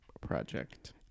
project